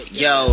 yo